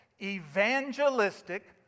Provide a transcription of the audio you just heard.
evangelistic